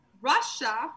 Russia